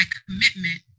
commitment